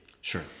Sure